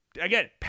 Again